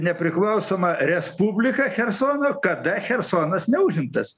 nepriklausoma respublika chersono kada chersonas neužimtas